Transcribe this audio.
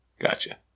Gotcha